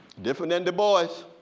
different than du bois.